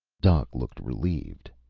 doc looked relieved.